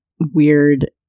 weird